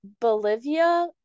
Bolivia